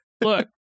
Look